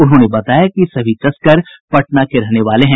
उन्होंने बताया कि सभी तस्कर पटना के रहने वाले हैं